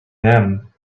him